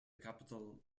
capital